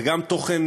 וגם תוכן